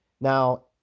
Now